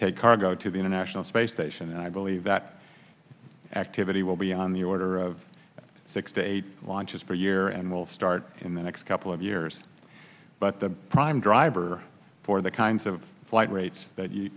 take cargo to the international space station and i believe that activity will be on the order of six to eight launches per year and will start in the next couple of years but the prime driver for the kinds of flight rates that you